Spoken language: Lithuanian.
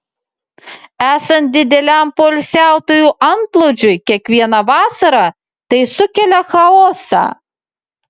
esant dideliam poilsiautojų antplūdžiui kiekvieną vasarą tai sukelia chaosą